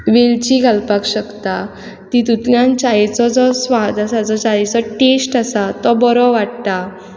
वेलची घालपाक शकता तितुंतल्यान च्यायेचो जो स्वाद आसा जो च्यायेचो टॅस्ट आसा तो बरो वाडटा